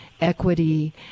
equity